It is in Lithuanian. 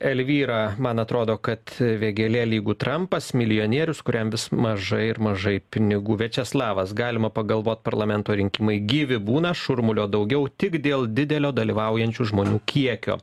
elvyra man atrodo kad vėgėlė lygu trampas milijonierius kuriam vis mažai ir mažai pinigų viačeslavas galima pagalvot parlamento rinkimai gyvi būna šurmulio daugiau tik dėl didelio dalyvaujančių žmonių kiekio